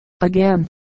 Again